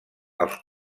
els